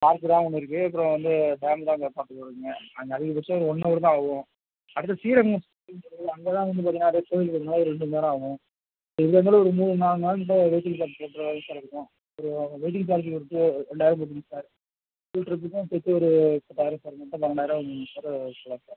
park தான் ஒன்று இருக்கு அப்புறம் வந்து டேம்மு தான் அங்கே பார்க்க போவீங்க அங்கே அதிகபட்சம் ஒன்னவரு தான் ஆகும் அடுத்து ஸ்ரீரங்கம் அங்கே தான் வந்து பார்த்திங்கனா நிறையா கோயில்கள்னால ஒரு ரெண்டு மண் நேரம் ஆகும் எப்படி இருந்தாலும் ஒரு மூணு நாலு வெய்ட்டிங் சார்ஜ் போட்டுற மாதிரி தான் சார் இருக்கும் ஒரு வெய்ட்டிங் சார்ஜ் இருக்கு ஒரு ரெண்டாயிரம் போட்டுக்குங்க சார் ஃபுல் ட்ரிப்புக்கும் சேர்த்து ஒரு பத்தாயிரம் சார் மொத்தம் பன்னெண்டாயிரம் வரும் சார்